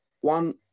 one